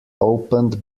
opened